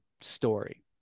story